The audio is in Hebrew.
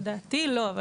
לדעתי, לא.